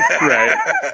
Right